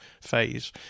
phase